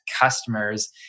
customers